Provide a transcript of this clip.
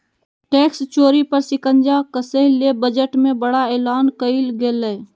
tax चोरी पर शिकंजा कसय ले बजट में बड़ा एलान कइल गेलय